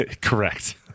correct